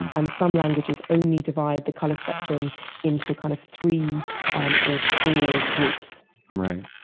and some languages only divide the color spectrum into kind of three um or four groups right.